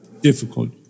difficult